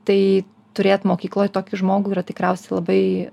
tai turėt mokykloj tokį žmogų yra tikriausiai labai